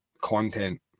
content